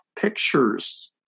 pictures